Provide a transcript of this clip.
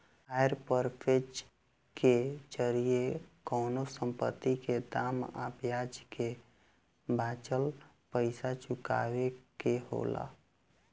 hire purchase के जरिया कवनो संपत्ति के दाम आ ब्याज के बाचल पइसा चुकावे के होला